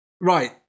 Right